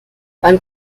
wann